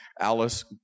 Alice